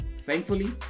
Thankfully